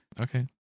Okay